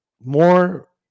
more